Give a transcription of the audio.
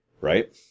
right